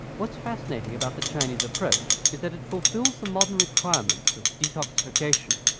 what is fascinating about the chinese approach is that it fulfills the modern requirements of detoxification,